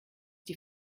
die